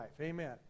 Amen